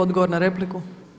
Odgovor na repliku.